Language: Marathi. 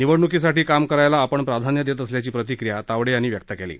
निवडणुकीसाठी काम करण्याला आपण प्राधान्य देत असल्याची प्रतिक्रिया तावडे यांनी व्यक्त केली आहे